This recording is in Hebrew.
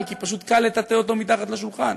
כי פשוט קל לטאטא אותו מתחת לשולחן: